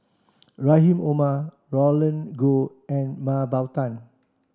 Rahim Omar Roland Goh and Mah Bow Tan